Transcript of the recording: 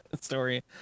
story